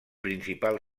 principal